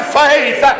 faith